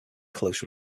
close